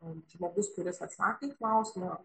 žmogus kuris atsakė į klausimą